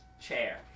chair